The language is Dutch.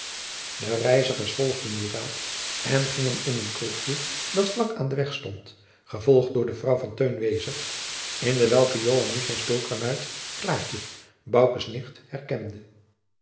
de reizigers volgden dien raad en gingen in een kroegje dat vlak aan den weg stond gevolgd door de vrouw van teun wezer in dewelke joan nu zijn speelkarnuit